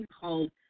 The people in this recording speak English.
called